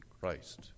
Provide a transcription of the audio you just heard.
Christ